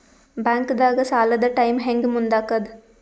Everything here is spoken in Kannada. ಬ್ಯಾಂಕ್ದಾಗ ಸಾಲದ ಟೈಮ್ ಹೆಂಗ್ ಮುಂದಾಕದ್?